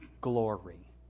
glory